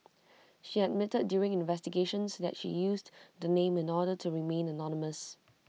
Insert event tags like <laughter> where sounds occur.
<noise> she admitted during investigations that she used the name in order to remain anonymous